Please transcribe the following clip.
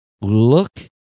look